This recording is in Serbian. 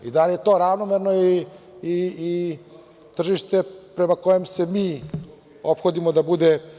Da li je to ravnomerno i tržište prema kojem se mi ophodimo da bude pošteno?